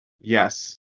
Yes